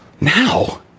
Now